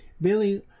billy